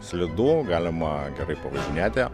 slidu galima gerai pavažinėti